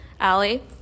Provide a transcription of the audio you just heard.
Allie